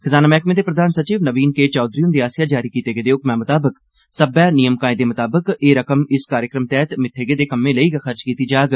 खज़ाना मैहकमे दे प्रधान सचिव नवीन के चौधरी हुन्दे आस्सेआ जारी कीते गेदे हुक्म मताबक सब्बै नियम कायदे मताबक ए रकम इस कार्यक्रम तैहत मित्थे गेदे कम्मे लेई गै खर्च कीती जाग